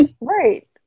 right